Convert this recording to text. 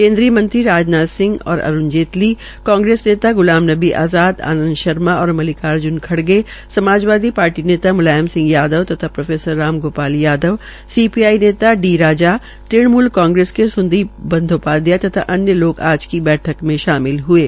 केन्द्रीय गृह मंत्री राजनाथ सिंह और अरूण जेटली कांग्रेस नेता ग्लाम नबी आजाद आनन्द शर्मा और मल्लिकार्ज्न खड़गे समाजवादी पार्टी नेता मुलायम सिंह यादव तथा प्रोफेसर राम गोपाल यादव सीपीआई नेता डी राजा तुणमुल कांग्रेस के नेता सुदीप बंदोपाध्याय तथा अन्य नेता बैठक में शामिल हये